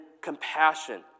compassion